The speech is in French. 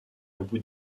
abou